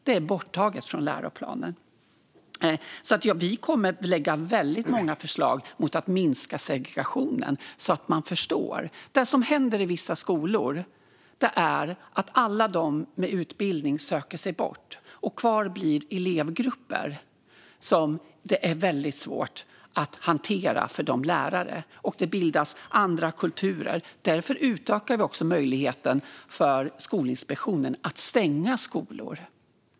Det är borttaget från läroplanen. Vi kommer att lägga väldigt många förslag för att minska segregationen. Det som händer i vissa skolor är att alla de med utbildning söker sig bort. Kvar blir elevgrupper som det är väldigt svårt att hantera för lärarna, och det bildas andra kulturer. Därför utökar vi också möjligheten för Skolinspektionen att stänga skolor.